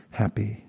happy